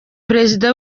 perezida